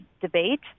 debate